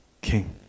king